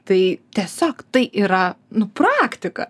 tai tiesiog tai yra nu praktika